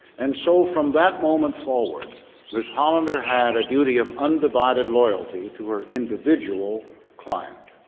and so from that moment forward miss hollander had a duty of undivided loyalty to her individual client.